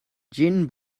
gin